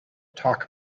talk